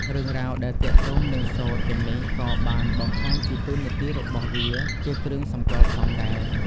រឿងរ៉ាវដែលទាក់ទងនឹងសូត្រទាំងនេះក៏បានបង្ហាញពីតួនាទីរបស់វាជាគ្រឿងសម្គាល់ផងដែរ។